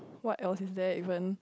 what else is there even